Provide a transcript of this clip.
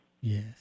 Yes